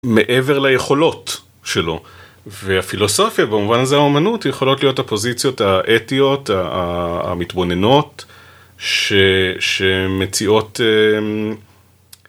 מעבר ליכולות שלו, והפילוסופיה במובן הזה, האמנות יכולות להיות הפוזיציות האתיות, המתבוננות, שמציעות